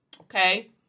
okay